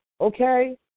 okay